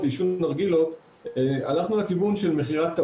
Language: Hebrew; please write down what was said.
העישון של נרגילה דומה קצת לבינג'